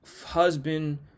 husband